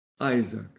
Isaac